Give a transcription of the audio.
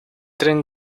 tren